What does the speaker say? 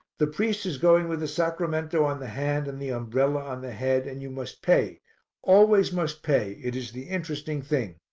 the priest is going with the sacramento on the hand and the umbrella on the head and you must pay always must pay, it is the interesting thing.